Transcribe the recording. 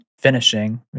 finishing